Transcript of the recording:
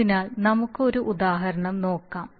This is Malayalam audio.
അതിനാൽ നമുക്ക് ഒരു ഉദാഹരണം നോക്കാം